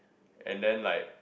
and then like